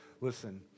Listen